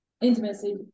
intimacy